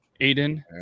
Aiden